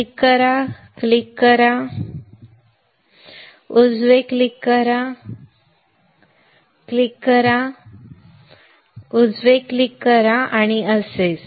click करा click करा उजवे क्लिक करा क्लिक करा उजवे क्लिक करा आणि असेच